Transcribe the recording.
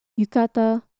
Yukata